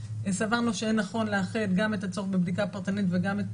סברנו שיהיה נכון לאחד גם את הצורך בבדיקה פרטנית וגם את